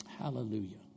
Hallelujah